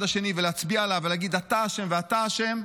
השני ולהצביע עליו ולהגיד: אתה אשם ואתה אשם,